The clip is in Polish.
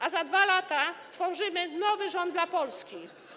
A za 2 lata stworzymy nowy rząd dla Polski.